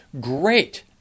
great